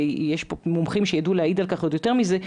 יש פה מומחים שידעו להעיד על כך עוד יותר מזה,